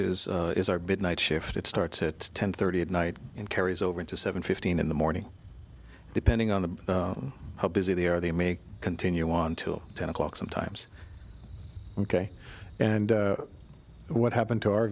watches is our big night shift it starts at ten thirty at night and carries over into seven fifteen in the morning depending on the how busy they are they may continue until ten o'clock sometimes ok and what happened to our